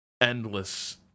endless